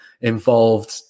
involved